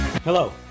Hello